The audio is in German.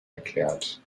erklärt